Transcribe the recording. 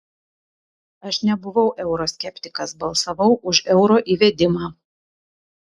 aš nebuvau euro skeptikas balsavau už euro įvedimą